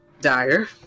dire